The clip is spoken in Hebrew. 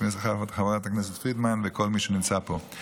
חברת הכנסת פרידמן וכל מי שנמצא פה,